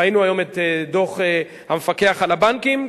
ראינו היום את דוח המפקח על הבנקים,